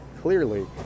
Clearly